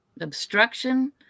obstruction